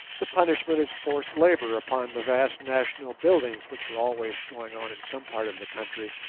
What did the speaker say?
the punishment is forced labour upon the vast national buildings which are always going on in some part of the country,